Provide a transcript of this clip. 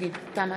51 נגד, 33 בעד.